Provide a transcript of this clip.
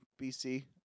BC